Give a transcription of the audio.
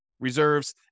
Reserves